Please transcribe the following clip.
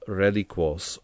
reliquos